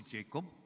Jacob